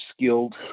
skilled